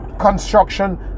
construction